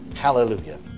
hallelujah